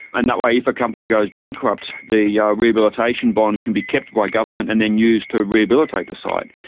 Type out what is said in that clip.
and that way if a company goes bankrupt the yeah rehabilitation bond can be kept by government and then used to rehabilitate the site.